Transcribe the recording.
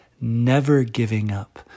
never-giving-up